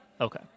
okay